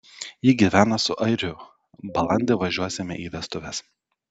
ji gyvena su airiu balandį važiuosime į vestuves